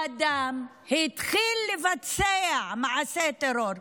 אדם שהתחיל לבצע מעשה טרור,